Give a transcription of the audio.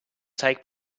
take